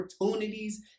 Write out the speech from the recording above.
opportunities